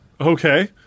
Okay